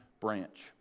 Branch